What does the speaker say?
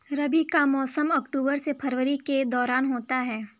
रबी का मौसम अक्टूबर से फरवरी के दौरान होता है